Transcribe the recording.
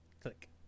Click